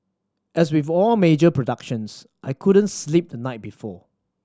as with all major productions I couldn't sleep the night before